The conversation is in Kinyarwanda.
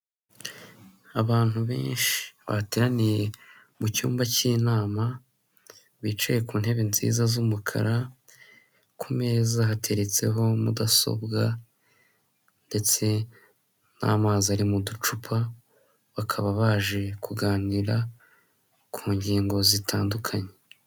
Abantu benshi bateraniye mu cyumba cy'inama, bicaye ku ntebe nziza z'umukara, ku meza hateretseho mudasobwa, ndetse n'amazi ari mu ducupa bakaba baje kuganira ku ngingo zitandukanye.